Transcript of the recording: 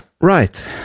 Right